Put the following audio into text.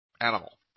animal